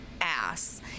ass